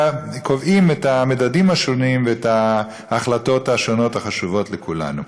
קובעים את המדדים השונים ואת ההחלטות השונות החשובות לכולנו.